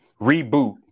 reboot